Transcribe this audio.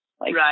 Right